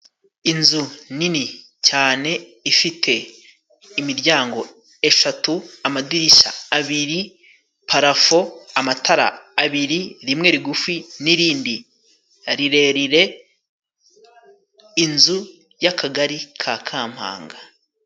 Inzu nini cyane ifite imiryango eshatu, amadirishya abiri, parafo, amatara abiri, rimwe rigufi n'irindi rirerire, inzu y'akagari ka Kampanga.